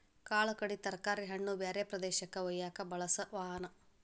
ಕಾಳ ಕಡಿ ತರಕಾರಿ ಹಣ್ಣ ಬ್ಯಾರೆ ಪ್ರದೇಶಕ್ಕ ವಯ್ಯಾಕ ಬಳಸು ವಾಹನಾ